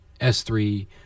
S3